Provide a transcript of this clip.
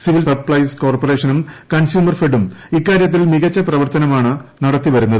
civil supplies കോർപറേഷനും consumer ഫെഡും ഇക്കാരൃത്തിൽ മികച്ച പ്രവർത്തനമാണ് നടത്തി വരുന്നത്